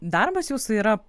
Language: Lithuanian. darbas jūsų yra